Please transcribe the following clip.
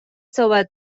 صحبت